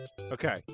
Okay